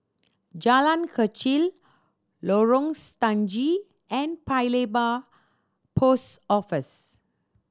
Jalan Kechil Lorong Stangee and Paya Lebar Post Office